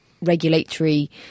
regulatory